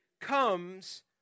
comes